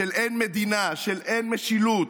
של אין מדינה, של אין משילות,